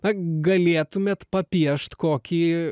na galėtumėt papiešt kokį